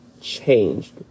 changed